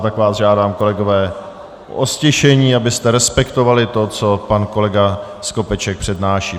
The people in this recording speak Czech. A tak vás žádám, kolegové, o ztišení, abyste respektovali to, co pan kolega Skopeček přednáší.